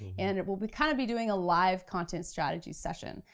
and we'll but kind of be doing a live content strategy session.